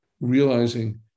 realizing